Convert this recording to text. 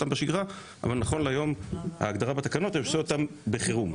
אבל נכון להיום לפי ההגדרה בתקנות הם עושים אותם בחירום,